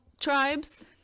tribes